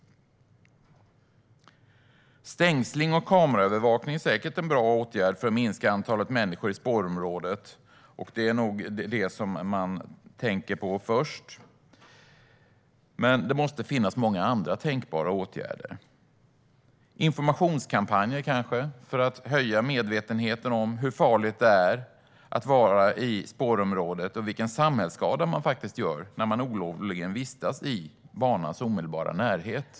Stängsling och kameraövervakning är säkert bra åtgärder för att minska antalet människor i spårområdet, och det är nog det som man tänker på först. Men det måste finnas många andra tänkbara åtgärder, kanske exempelvis informationskampanjer för att höja medvetenheten om hur farligt det är att vara i spårområdet och om vilken samhällsskada man ger upphov till när man olovligen vistas i banans omedelbara närhet.